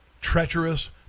treacherous